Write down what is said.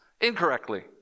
incorrectly